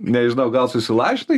nežinau gal susilažinai